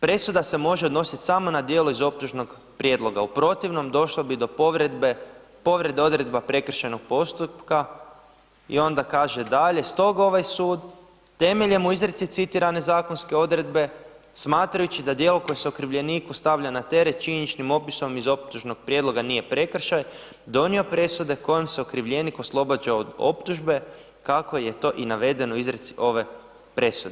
presuda se može odnosit samo na djelo iz optužnog prijedloga, u protivnom došlo bi do povrede odredba prekršajnog postupka i onda kaže dalje, stoga ovaj sud temeljem u izreci citirane zakonske odredbe, smatrajući da djelo koje se okrivljeniku stavlja na teret činjeničnim opisom iz optužnog prijedloga nije prekršaj, donio presude kojom se okrivljenik oslobađa od optužbe kako je to i navedeno u izreci ove presude.